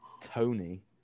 Tony